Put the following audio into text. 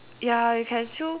ya you can still